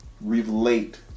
relate